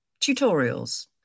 tutorials